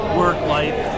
work-life